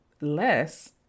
less